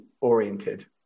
oriented